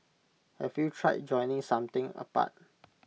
have you tried joining something apart